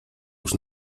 już